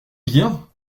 rien